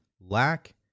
lack